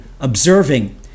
observing